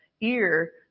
ear